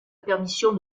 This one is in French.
permission